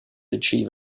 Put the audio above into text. achieve